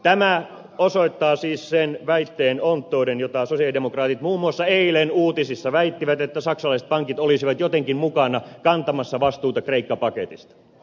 tämä osoittaa siis sen väitteen onttouden jota sosialidemokraatit muun muassa eilen uutisissa väittivät että saksalaiset pankit olisivat jotenkin mukana kantamassa vastuuta kreikka paketista